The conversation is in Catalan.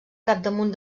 capdamunt